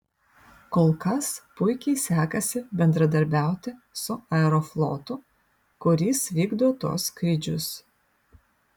kol kas puikiai sekasi bendradarbiauti su aeroflotu kuris vykdo tuos skrydžius